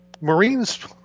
Marines